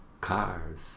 cars